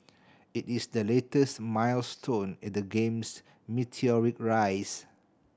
it is the latest milestone in the game's meteoric rise